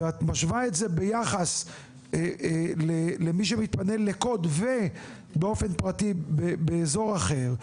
ואת משווה את זה ביחס למי שמתפנה לקוד ובאופן פרטי באזור אחר,